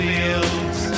Fields